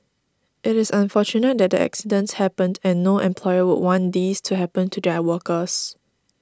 it is unfortunate that the accidents happened and no employer would want these to happen to their workers